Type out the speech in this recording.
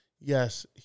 yes